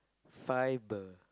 fibre